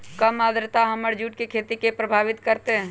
कम आद्रता हमर जुट के खेती के प्रभावित कारतै?